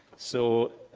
so,